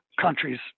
countries